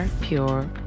Pure